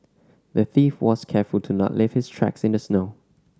the thief was careful to not leave his tracks in the snow